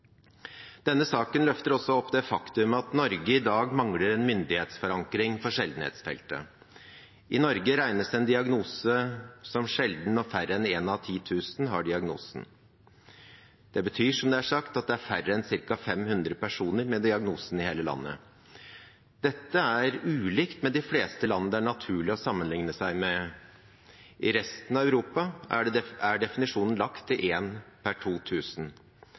Denne saken løfter også opp det faktum at Norge i dag mangler en myndighetsforankring for sjeldenhetsfeltet. I Norge regnes en diagnose som sjelden når færre enn 1 av 10 000 har diagnosen. Det betyr som sagt at det er færre enn ca. 500 personer med diagnosen i hele landet. Dette er forskjellig fra de fleste land det er naturlig å sammenligne seg med. I resten av Europa er definisjonen satt til 1 per